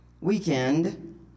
weekend